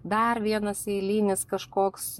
dar vienas eilinis kažkoks